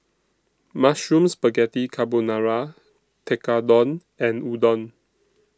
Mushroom Spaghetti Carbonara Tekkadon and Udon